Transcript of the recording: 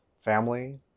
family